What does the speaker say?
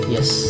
Yes